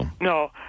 No